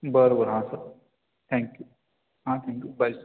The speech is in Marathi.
बरं बरं हां सर थँक यू हां थँक यू बाय सं